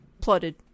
Plotted